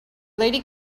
lady